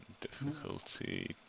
Difficulty